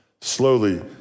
slowly